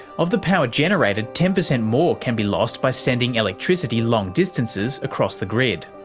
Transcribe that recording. of the power generated, ten percent more can be lost by sending electricity long distances across the grid.